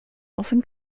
often